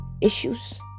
issues